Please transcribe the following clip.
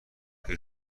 اگه